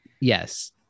yes